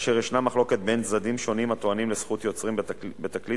כאשר ישנה מחלוקת בין צדדים שונים הטוענים לזכות יוצרים בתקליט.